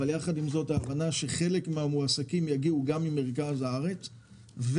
ולצד זה ההבנה שחלק מהמועסקים יגיעו ממרכז הארץ.